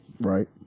Right